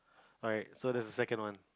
alright so there's a second one